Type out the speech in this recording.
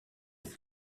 est